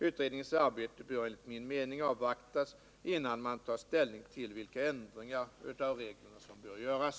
Utredningens arbete bör enligt min mening avvaktas innan man tar ställning till vilka ändringar av reglerna som bör göras.